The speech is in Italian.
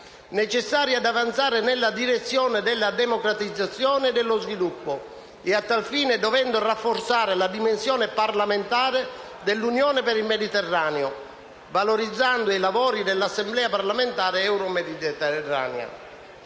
necessari ad avanzare nella direzione della democratizzazione e dello sviluppo: a tal fine, occorre rafforzare la dimensione parlamentare dell'Unione per il Mediterraneo, valorizzando i lavori dell'Assemblea parlamentare euromediterranea